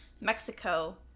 Mexico